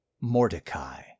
Mordecai